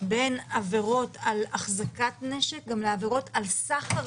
בין עבירות של החזקה בנשק ובין עבירות של סחר